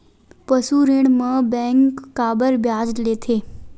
पशु ऋण म बैंक काबर ब्याज लेथे?